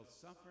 suffer